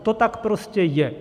To tak prostě je.